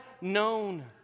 known